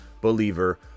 believer